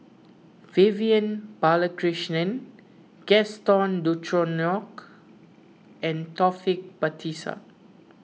Vivian Balakrishnan Gaston Dutronquoy and Taufik Batisah